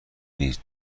نیس